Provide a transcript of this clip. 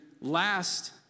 last